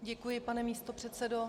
Děkuji, pane místopředsedo.